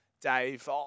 Dave